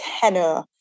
tenor